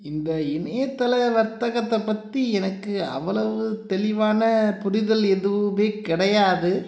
இந்த இணையதள வர்த்தகத்தை பற்றி எனக்கு அவ்வளவு தெளிவான புரிதல் எதுவுமே கிடையாது